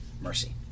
Mercy